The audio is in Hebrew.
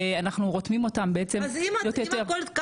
אנחנו רותמים אותם להיות --- אז אם הכול כל